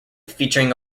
featuring